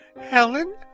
Helen